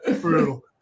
True